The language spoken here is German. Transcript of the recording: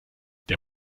der